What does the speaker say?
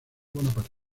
bonaparte